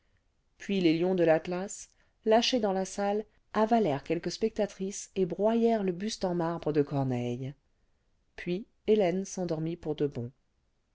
puis les lions de l'atlas lâchés dans la salle avalèrent quelques spectatrices et broyèrent le buste en marbre de corneille puis hélène s'endormit pour cle bon